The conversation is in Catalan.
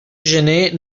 gener